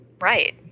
Right